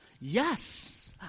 Yes